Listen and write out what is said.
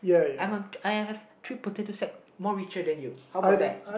I am a I have three potato sack more richer than you how about that